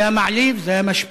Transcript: זה היה מעליב, זה היה משפיל.